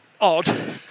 odd